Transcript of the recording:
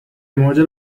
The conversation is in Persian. موجب